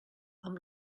amb